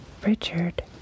Richard